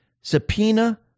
subpoena